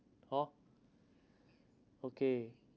hor okay